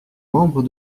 membres